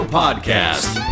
podcast